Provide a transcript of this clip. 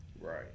right